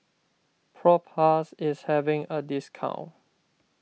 Propass is having a discount